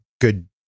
good